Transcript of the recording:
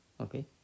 Okay